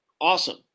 awesome